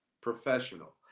professional